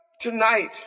tonight